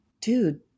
dude